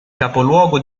capoluogo